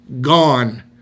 Gone